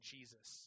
Jesus